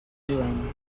lluent